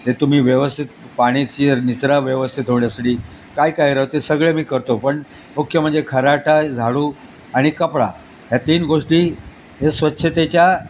ते तुम्ही व्यवस्थित पाण्याची निचरा व्यवस्थित होण्यासाठी काय काय राहते सगळं मी करतो पण मुख्य म्हणजे खराटा झाडू आणि कपडा ह्या तीन गोष्टी हे स्वच्छतेच्या